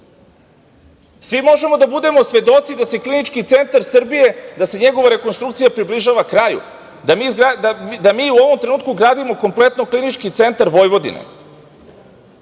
Svi možemo da budemo svedoci da se Klinički centar Srbije, da se njegova rekonstrukcija približava kraju, da mi u ovom trenutku gradimo kompletno Klinički centar Vojvodine.U